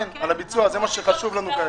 כן, על הביצוע, זה מה שחשוב לנו כרגע.